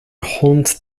haunt